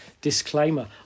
disclaimer